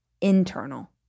internal